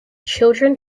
children